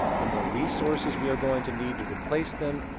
the more resources we are going to need to replace them,